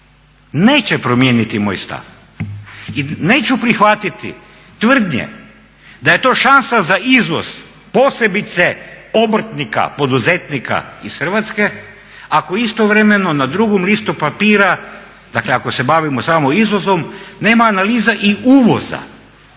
neće promijeniti moj stav i neću prihvatiti tvrdnje da je to šansa za izvoz posebice obrtnika, poduzetnika iz Hrvatske ako istovremeno na drugom listu papira, dakle ako se bavimo samo izvozom nema analiza i uvoza.